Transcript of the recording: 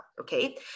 Okay